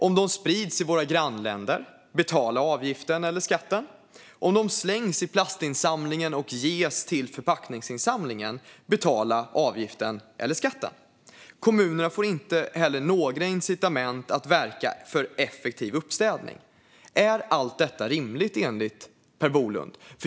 Om de sprids i våra grannländer - betala avgiften eller skatten! Om de slängs i platsinsamlingen och ges till förpackningsinsamlingen - betala avgiften eller skatten! Kommunerna får inte heller några incitament att verka för en effektiv uppstädning. Är allt detta rimligt enligt Per Bolund?